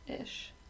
ish